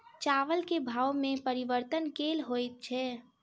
चावल केँ भाव मे परिवर्तन केल होइ छै?